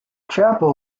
chapel